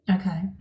Okay